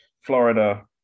Florida